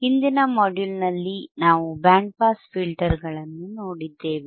ಹಿಂದಿನ ಮಾಡ್ಯೂಲ್ನಲ್ಲಿ ನಾವು ಬ್ಯಾಂಡ್ ಪಾಸ್ ಫಿಲ್ಟರ್ ಗಳನ್ನು ನೋಡಿದ್ದೇವೆ